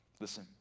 listen